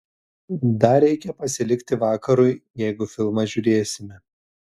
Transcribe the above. dar reikia pasilikti vakarui jeigu filmą žiūrėsime